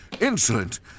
insolent